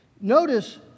Notice